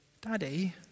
Daddy